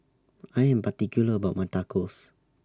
I Am particular about My Tacos